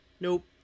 Nope